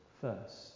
first